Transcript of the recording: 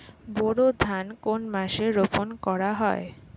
বোরো ধান কোন মাসে রোপণ করা হয়?